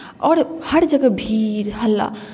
आओर हर जगह भीड़ हल्ला